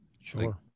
Sure